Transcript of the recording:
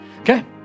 Okay